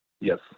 Yes